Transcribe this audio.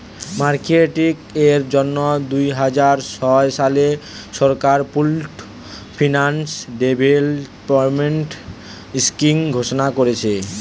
marketing এর জন্যে দুইহাজার ছয় সালে সরকার পুল্ড ফিন্যান্স ডেভেলপমেন্ট স্কিং ঘোষণা কোরেছে